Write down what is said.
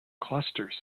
clusters